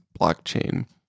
blockchain